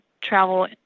travel